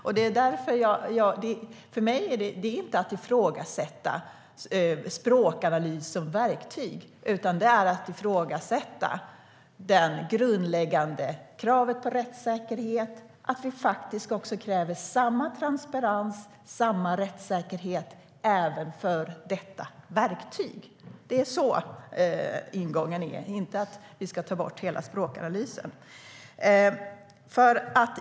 Jag ifrågasätter inte språkanalys som verktyg, utan jag ifrågasätter hur det grundläggande kravet på rättssäkerhet uppfylls. Vi måste kräva samma transparens och samma rättssäkerhet även för detta verktyg. Det är så min ingång är, inte att vi ska bort språkanalysen.